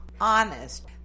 honest